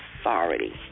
authority